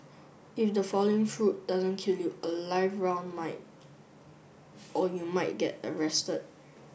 if the falling fruit doesn't kill you a live round might or you might get arrested